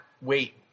wait